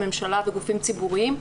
הממשלה וגופים ציבוריים.